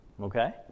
okay